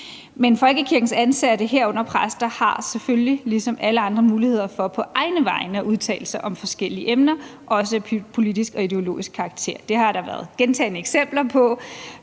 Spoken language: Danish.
Men folkekirkens ansatte, herunder præster, har selvfølgelig ligesom alle andre muligheder for på egne vegne at udtale sig om forskellige emner, også af politisk og ideologisk karakter, og det har der været gentagne eksempler på,